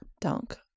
Dunk